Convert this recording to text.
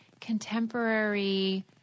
Contemporary